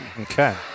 Okay